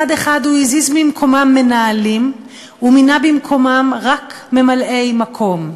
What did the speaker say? אחד-אחד הוא הזיז ממקומם מנהלים ומינה במקומם רק ממלאי-מקום,